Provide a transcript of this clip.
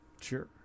Sure